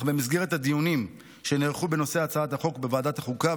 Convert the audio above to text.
אך במסגרת הדיונים שנערכו בנושא הצעת החוק בוועדת החוקה,